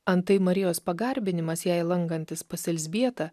antai marijos pagarbinimas jai lankantis pas elzbietą